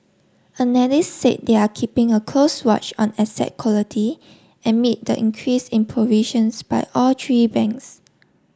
analysts said they are keeping a close watch on asset quality amid the increase in provisions by all three banks